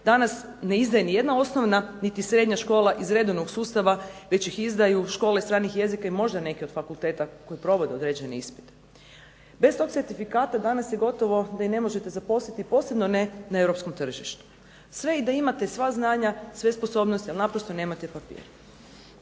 danas ne izdaje nijedna osnovna niti srednja škola iz redovnog sustava već ih izdaju škole stranih jezika i možda neki od fakulteta koji provode određeni ispit. Bez tog certifikata danas se gotovo da i ne možete zaposliti posebno ne na europskom tržištu. Sve i da imate sva znanja, sve sposobnosti ali naprosto nemate papir.